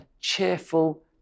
cheerful